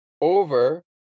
over